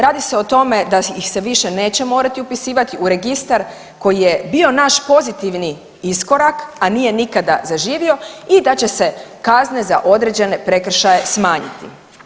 Radi se o tome da ih se više neće morati upisivati u registar koji je bio naš pozitivni iskorak, a nije nikada zaživio i da će se kazne za određene prekršaje smanjiti.